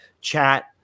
chat